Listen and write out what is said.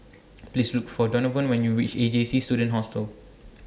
Please Look For Donavon when YOU REACH A J C Student Hostel